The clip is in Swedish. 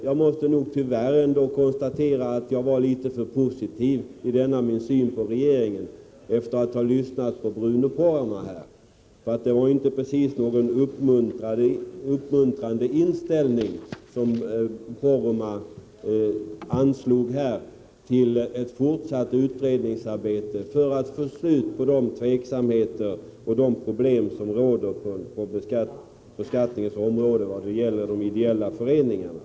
Jag måste efter att ha lyssnat på Bruno Poromaa ändå konstatera att jag var litet för positiv i min syn på regeringen. Den ton Bruno Poromaa anslog var inte precis uppmuntrande när det gäller ett fortsatt utredningsarbete för att få slut på de tveksamheter och problem som råder på beskattningens område för de ideella föreningarna.